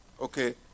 Okay